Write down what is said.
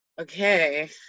Okay